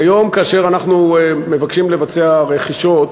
כיום כאשר אנחנו מבקשים לבצע רכישות,